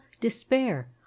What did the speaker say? despair